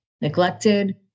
neglected